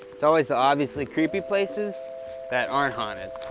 it's always the obviously creepy places that aren't haunted.